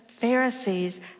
Pharisees